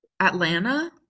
Atlanta